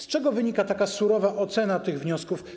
Z czego wynika tak surowa ocena tych wniosków?